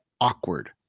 awkward